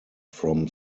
from